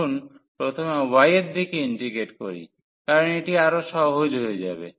আসুন প্রথমে y এর দিকে ইন্টিগ্রেট করি কারণ এটি আরও সহজ হয়ে যাবে